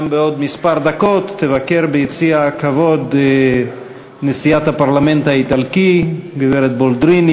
בעוד כמה דקות תבקר ביציע הכבוד נשיאת הפרלמנט האיטלקי גברת בולדריני.